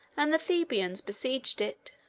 and the thebans besieged it.